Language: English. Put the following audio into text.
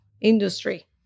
industry